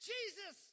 Jesus